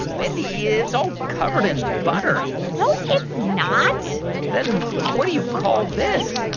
mindy, it's all covered in butter no, it's not then what do you call this?